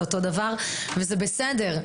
זה אותו הדבר וזה בסדר.